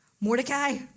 Mordecai